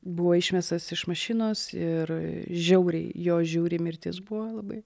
buvo išmestas iš mašinos ir žiauriai jo žiauri mirtis buvo labai